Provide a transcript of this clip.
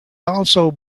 also